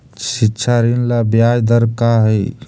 शिक्षा ऋण ला ब्याज दर का हई?